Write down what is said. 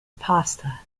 pasta